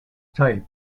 type